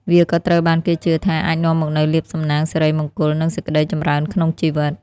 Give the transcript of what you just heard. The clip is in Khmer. វាក៏ត្រូវបានគេជឿថាអាចនាំមកនូវលាភសំណាង សិរីមង្គល និងសេចក្តីចម្រើនក្នុងជីវិត។